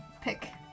pick